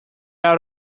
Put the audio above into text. out